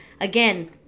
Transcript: Again